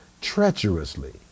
treacherously